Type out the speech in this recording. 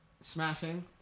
Smashing